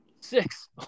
Six